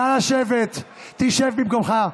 נא לשבת, שב במקומך.